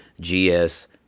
GS